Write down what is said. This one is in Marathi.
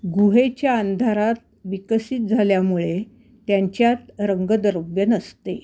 गुहेच्या अंधारात विकसित झाल्यामुळे त्यांच्यात रंगद्रव्य नसते